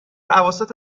اواسط